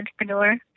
entrepreneur